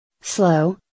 slow